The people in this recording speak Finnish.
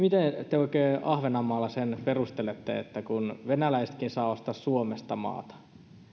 te oikein ahvenanmaalla sen perustelette että venäläisetkin saavat ostaa suomesta maata